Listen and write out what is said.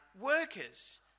workers